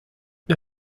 the